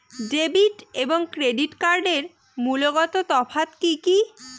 Debit এবং credit কার্ডের মূলগত তফাত কি কী?